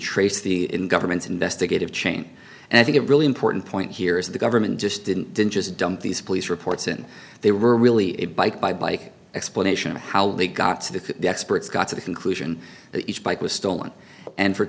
trace the government's investigative chain and i think a really important point here is the government just didn't didn't just dump these police reports and they were really a bike by bike explanation of how they got to the experts got to the conclusion that each bike was stolen and for